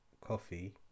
coffee